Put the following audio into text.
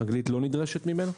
אנגלית לא נדרשת ממנו?